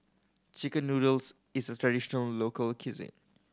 chicken noodles is a traditional local cuisine